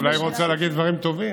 אולי היא רוצה להגיד דברים טובים.